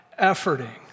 efforting